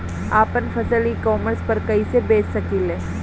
आपन फसल e commerce पर कईसे बेच सकिले?